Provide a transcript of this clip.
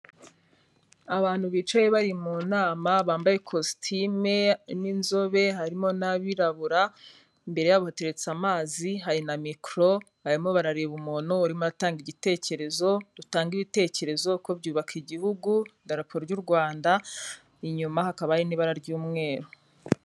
Abantu bicaye bari mu nama bambaye ikositime, harimo inzobe, harimo n'abirabura, imbere yabo hateretse amazi hari na mikoro, barimo barareba umuntu urimo aratanga igitekerezo. Dutangage ibitekerezo kuko byubaka igihugu, idarapo ry'u Rwanda, inyuma hakaba hari n'ibara ry'umweru.